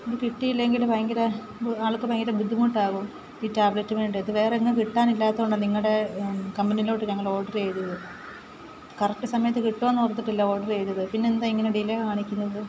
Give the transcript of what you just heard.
ഇത് കിട്ടിയില്ലെങ്കിൽ ഭയങ്കര ആൾക്ക് ഭയങ്കര ബുദ്ധിമുട്ടാകും ഈ ടാബ്ലറ്റ് വേണ്ടത് ഇത് വേറെ എങ്ങും കിട്ടാനില്ലാത്തത് കൊണ്ടാണ് നിങ്ങളുടെ കമ്പനിയിലേക്ക് ഞങ്ങൾ ഓഡർ ചെയ്തത് കറക്റ്റ് സമയത്ത് കിട്ടുമെന്ന് ഓർത്തിട്ടല്ലേ ഓഡർ ചെയ്തത് പിന്നെ എന്താണ് ഇങ്ങനെ ഡിലെ കാണിക്കുന്നത്